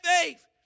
faith